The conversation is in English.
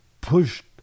pushed